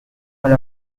her